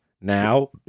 now